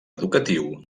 educatiu